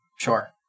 Sure